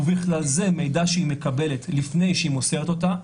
ובכלל זה מידע שהיא מקבלת לפני שהיא מוסרת אותה,